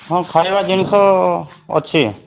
ହଁ ଖାଇବା ଜିନିଷ ଅଛି